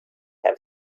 have